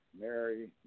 Mary